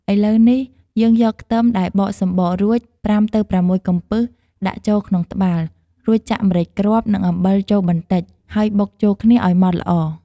ឥឡូវនេះ យើងយកខ្ទឹមដែលបកសំបករួច ៥ទៅ៦ កំពឹសដាក់ចូលក្នុងត្បាល់ រួចចាក់ម្រេចគ្រាប់ និងអំបិលចូលបន្តិច ហើយបុកចូលគ្នាឲ្យម៉ដ្ឋល្អ។